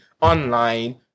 online